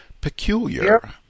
peculiar